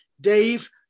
Dave